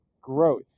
Growth